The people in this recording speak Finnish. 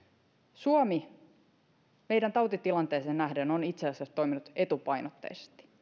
suomi meidän tautitilanteeseemme nähden on itse asiassa toiminut etupainotteisesti